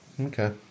Okay